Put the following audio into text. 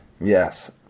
Yes